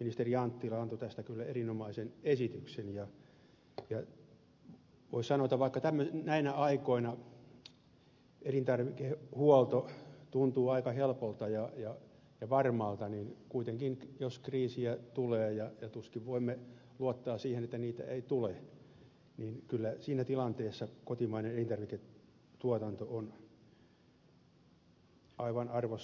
ministeri anttila antoi tästä kyllä erinomaisen esityksen ja voi sanoa että vaikka näinä aikoina elintarvikehuolto tuntuu aika helpolta ja varmalta niin kuitenkin jos kriisejä tulee ja tuskin voimme luottaa siihen että niitä ei tule niin kyllä siinä tilanteessa kotimainen elintarviketuotanto on aivan arvossa arvaamattomassa